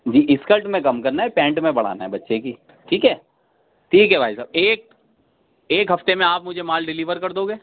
جی skirt میں کم کرنا ہے پینٹ میں بڑھانا ہے بچے کی ٹھیک ہے ٹھیک ہے بھائی صاحب ایک ایک ہفتے میں آپ مجھے مال ڈیلیور کر دو گے